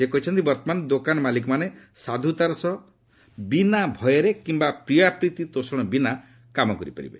ସେ କହିଛନ୍ତି ବର୍ତ୍ତମାନ ଦୋକାନ ମାଲିକମାନେ ସାଧୁତାର ସହ ବିନା ଭୟରେ କିମ୍ବା ପ୍ରିୟାପୀତି ତୋଷଣ ବିନା କାମ କରିପାରିବେ